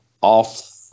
off